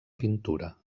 pintura